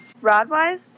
Rod-wise